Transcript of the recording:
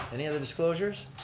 any other disclosures?